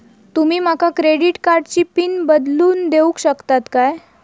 तुमी माका क्रेडिट कार्डची पिन बदलून देऊक शकता काय?